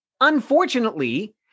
unfortunately